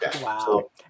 wow